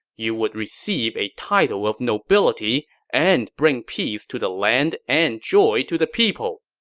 you would receive a title of nobility and bring peace to the land and joy to the people.